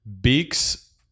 Beaks